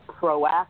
proactive